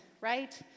right